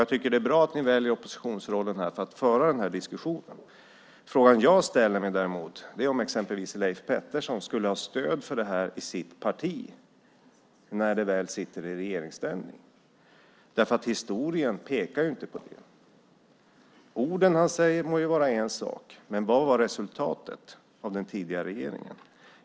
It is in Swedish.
Jag tycker att det är bra att ni väljer oppositionsrollen för att föra den här diskussionen. Jag frågar mig om exempelvis Leif Pettersson skulle ha stöd för det här i sitt parti när man sitter i regeringsställning. Historien pekar inte på det. De ord han säger är en sak, men vad var resultatet med den tidigare regeringen?